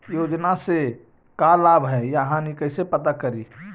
योजना से का लाभ है या हानि कैसे पता करी?